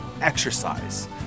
exercise